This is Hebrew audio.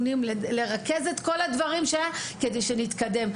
לרכז את כל מה שהיה כדי שנתקדם.